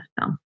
film